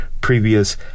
previous